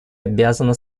обязаны